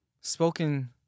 spoken